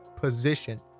position